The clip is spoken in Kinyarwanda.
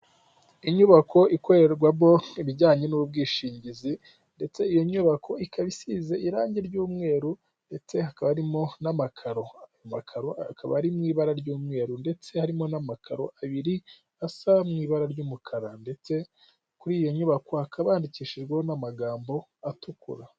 Inyubako ikorerwamo ibijyanye n'ubwishingizi ndetse iyo nyubako ikaba isize irangi ry'umweru ndetse hakaba harimo n'amakaro akaba ari mu ibara ry'umweru ndetse harimo n'amakaro abiri asa mu ibara ry'umukara ndetse kuri iyo nyubako hakaba handikishijweho n'amagambo atukura.